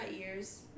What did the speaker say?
ears